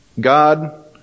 God